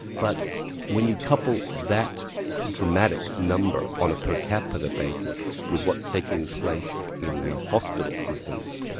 but when you couple that dramatic number on a per capita basis with what's taking place in our hospital systems,